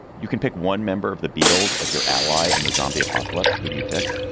you can pick one member of the beatles as your ally in the zombie apocalypse. who do you pick?